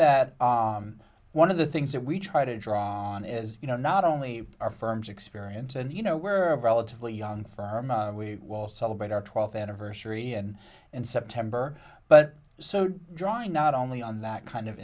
that one of the things that we try to draw on is you know not only are firms experience and you know we're a relatively young firm we will celebrate our twelfth anniversary in september but so drawing not only on that kind of